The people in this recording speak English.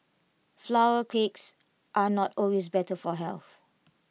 flour cakes are not always better for health